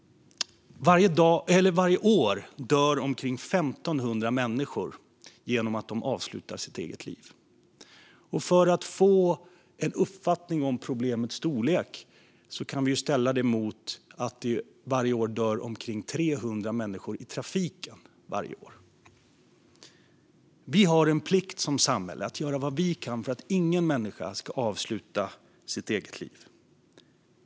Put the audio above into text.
Varje år dör omkring 1 500 människor genom att de avslutar sitt eget liv. För att få en uppfattning om problemets storlek kan vi ställa det mot att det varje år dör omkring 300 människor i trafiken. Vi har en plikt som samhälle att göra vad vi kan för att ingen människa ska avsluta sitt eget liv.